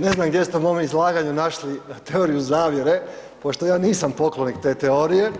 Ne znam gdje ste u mom izlaganju našli teoriju zavjere pošto ja nisam poklonik te teorije